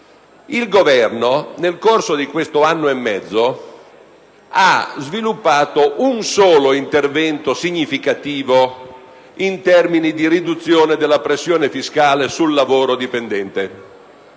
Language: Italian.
Il Governo, nel corso di questo anno e mezzo, ha sviluppato un solo intervento significativo in termini di riduzione della pressione fiscale sul lavoro dipendente.